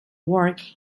work